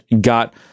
got